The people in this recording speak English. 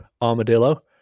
armadillo